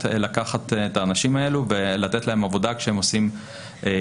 לקחת את האנשים האלה ולתת להם עבודה כשהם עושים עלייה.